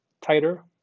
tighter